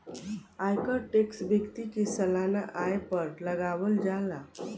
आयकर टैक्स व्यक्ति के सालाना आय पर लागावल जाला